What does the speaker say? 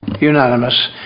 Unanimous